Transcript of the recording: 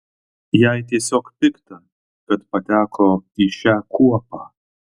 jai tiesiog pikta kad pateko į šią kuopą